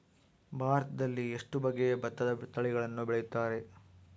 ಭಾರತದಲ್ಲಿ ಎಷ್ಟು ಬಗೆಯ ಭತ್ತದ ತಳಿಗಳನ್ನು ಬೆಳೆಯುತ್ತಾರೆ?